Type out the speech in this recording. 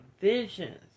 visions